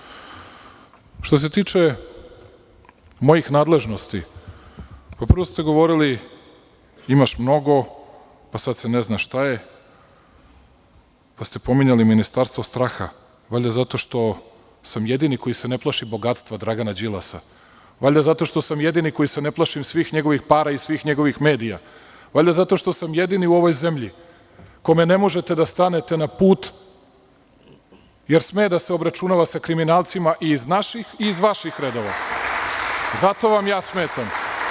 Što se tiče mojih nadležnosti, prvo ste govorili – imaš mnogo a sada se ne zna šta je, pa ste pominjali „ministarstvo straha“, valjda zato što sam jedini koji se ne plaši bogatstva Dragana Đilasa, valjda zato što sam jedini koji se ne plaši svih njegovih para i svih njegovih medija, valjda zato što sam jedini u ovoj zemlji kome ne možete da stanete na put jer sme da se obračunava sa kriminalcima i iz naših i iz vaših redova, i zato vam ja smetam.